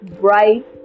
bright